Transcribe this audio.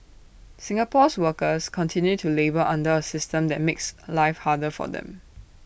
Singapore's workers continue to labour under A system that makes life harder for them